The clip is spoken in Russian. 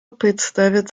представит